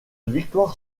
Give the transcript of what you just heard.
victoire